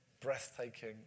breathtaking